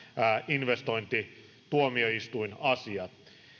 investointituomioistuinasia